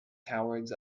cowards